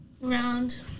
Round